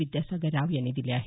विद्यासागर राव यांनी दिले आहेत